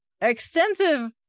extensive